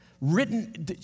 written